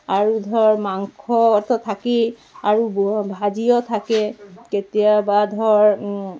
আৰু ধৰ মাংসটো থাকেই আৰু ভাজিও থাকে কেতিয়াবা ধৰ